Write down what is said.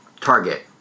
Target